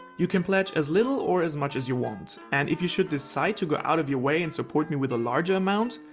you can pledge as little or as much as you want. and if you should decide to go out of your way and support me with a larger amount,